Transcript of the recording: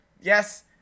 Yes